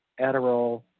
Adderall